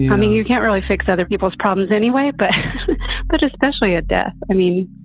yeah i mean, you can't really fix other people's problems anyway but but especially a death. i mean,